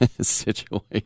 situation